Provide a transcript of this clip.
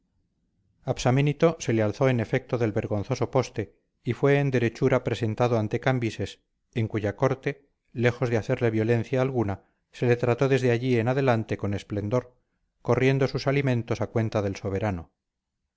psaménito se le alzó en efecto del vergonzoso poste y fue en derechura presentado ante cambises en cuya corte lejos de hacerle violencia alguna se le trató desde allí en adelante con esplendor corriendo sus alimentos a cuenta del soberano